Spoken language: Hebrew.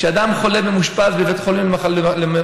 כשאדם חולה ומאושפז בבית חולים להתמודדות